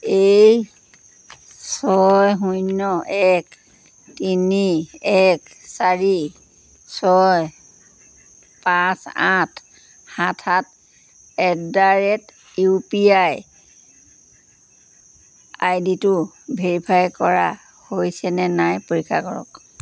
এই ছয় শূন্য এক তিনি এক চাৰি ছয় পাঁচ আঠ সাত সাত at the rate U P I আইডিটো ভেৰিফাই কৰা হৈছেনে নাই পৰীক্ষা কৰক